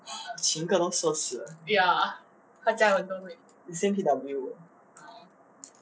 !hais! 请各种 source 的你先 P W 的